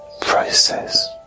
process